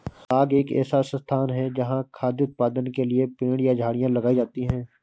बाग एक ऐसा स्थान है जहाँ खाद्य उत्पादन के लिए पेड़ या झाड़ियाँ लगाई जाती हैं